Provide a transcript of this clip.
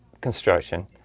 construction